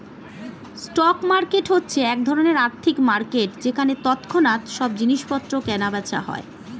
stock market হচ্ছে এক ধরণের আর্থিক মার্কেট যেখানে তৎক্ষণাৎ সব জিনিসপত্র কেনা বেচা হয়